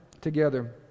together